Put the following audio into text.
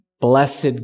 blessed